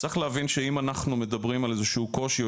צריך להבין שאם אנחנו מדברים על איזשהו קושי או